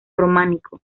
románico